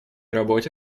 работе